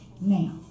now